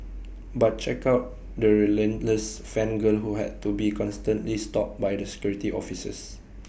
but check out the relentless fan girl who had to be constantly stopped by the security officers